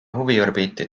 huviorbiiti